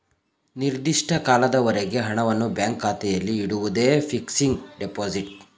ನಿರ್ದಿಷ್ಟ ಕಾಲದವರೆಗೆ ಹಣವನ್ನು ಬ್ಯಾಂಕ್ ಖಾತೆಯಲ್ಲಿ ಬಿಡುವುದೇ ಫಿಕ್ಸಡ್ ಡೆಪೋಸಿಟ್